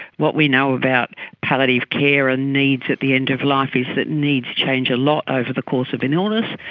what we know about palliative care and ah needs at the end of life is that needs change a lot over the course of an illness.